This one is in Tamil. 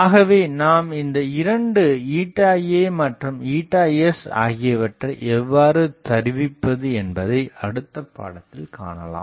ஆகவே நாம் இந்த இரண்டு ηA மற்றும் ηS ஆகியவற்றை எவ்வாறு தருவிப்பது என்பதை அடுத்த பாடத்தில் காணலாம்